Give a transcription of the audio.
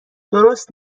درست